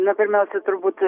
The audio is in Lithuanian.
na pirmiausia turbūt